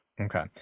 Okay